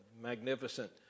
magnificent